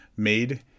Made